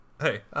Hey